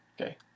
Okay